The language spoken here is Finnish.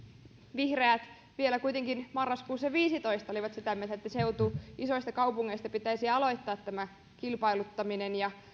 vihreät vielä kuitenkin marraskuussa kaksituhattaviisitoista olivat sitä mieltä että isoista kaupungeista pitäisi aloittaa tämä kilpailuttaminen ja